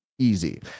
easy